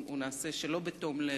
הוא נעשה שלא בתום לב,